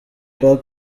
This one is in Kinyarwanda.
pac